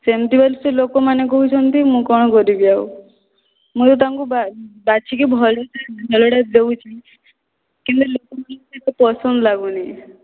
ସେମିତି ବୋଲି ତା ଲୋକମାନେ କହୁଛନ୍ତି ମୁଁ କ'ଣ କରିବି ଆଉ ମୁଁ ତାଙ୍କୁ ବାଛିକି ଭଲସେ ଭଲଟା ଦଉଛି କିନ୍ତୁ ଲୋକମାନଙ୍କୁ ପସନ୍ଦ ଲାଗୁନି